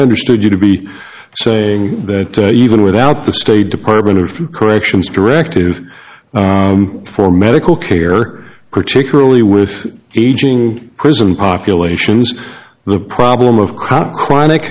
understood you to be saying that even without the state department of corrections directive for medical care particularly with aging prison populations the problem of cot chronic